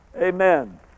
Amen